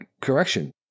correction